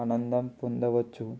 ఆనందం పొందవచ్చు